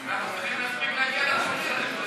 אני מתנצל בפניכם ששוב אני עולה